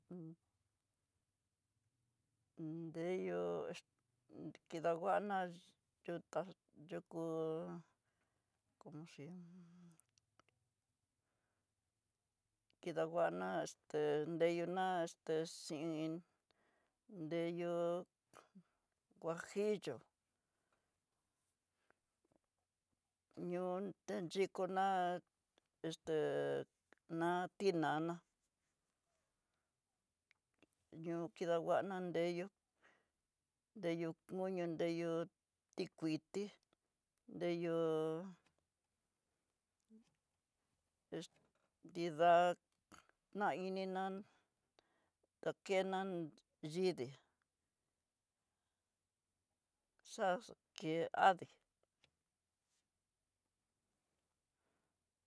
undeyó kidanguana yotá yukú, como se llama kidadanguana esté deyuna esté sin, n reyó huajillo ñoo té nrikona esté na tinana, ñoo kinguana nreyú. nreyú koño nreyú tikuiti, nreyú nida na ininan ta kenan nriyii, á ke adii.